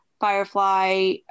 firefly